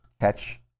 catch